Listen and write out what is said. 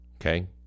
okay